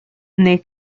nel